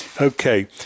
Okay